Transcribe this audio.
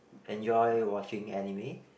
enjoy watching anime